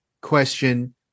question